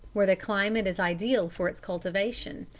where the climate is ideal for its cultivation.